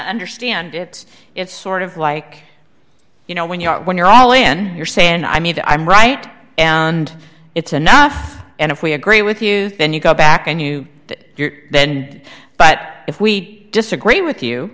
understand it it's sort of like you know when you when you're all in your say and i mean i'm right and it's enough and if we agree with you then you go back and you did then but if we disagree with you